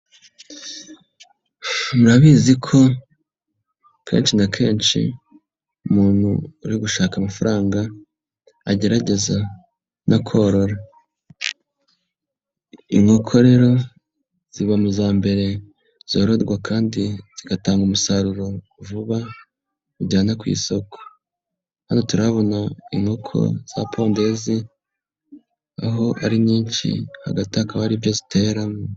Murabizi ko kenshi na kenshi uri gushaka amafaranga agerageza no korora. Inkoko rero ziba mu za mbere zororwa kandi zigatanga umusaruro vuba ujyana ku isoko, hano turabona inkoko za pondezi, aho ari nyinshi hagati hakaba hari ibyo ziteramo.